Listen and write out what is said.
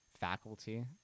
faculty